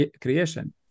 creation